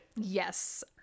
Yes